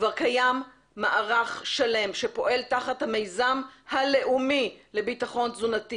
כבר קיים מערך שלם שפועל תחת המיזם הלאומי לביטחון תזונתי